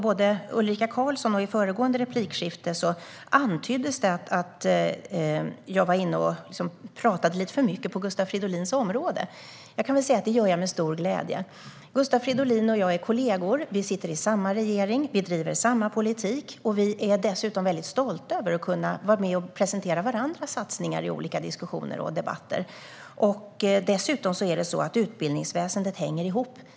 Både i Ulrika Carlssons inlägg och i föregående replikskifte antyddes det att jag är inne och talar lite för mycket på Gustav Fridolins område. Jag kan säga att det gör jag med stor glädje. Gustav Fridolin och jag är kollegor. Vi sitter i samma regering, och vi driver samma politik. Vi är dessutom väldigt stolta över att kunna vara med och presentera varandras satsningar i olika diskussioner och debatter. Utbildningsväsendet hänger ihop.